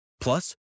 Plus